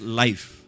life